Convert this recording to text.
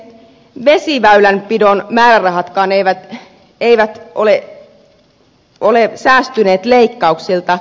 vesiväylänpidon määrärahatkaan eivät ole säästyneet leikkauksilta